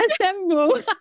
Assemble